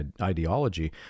ideology